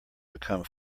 become